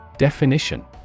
Definition